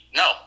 no